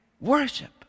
worship